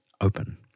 open